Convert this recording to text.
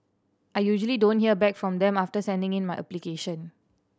I usually don't hear back from them after sending in my application